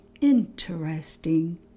interesting